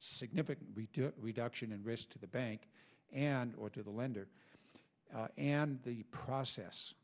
significant reduction in risk to the bank and or to the lender and the process